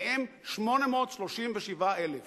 מהם 837,000 ילדים?